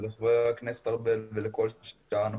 חה"כ ארבל ולכל שאר הנוכחים.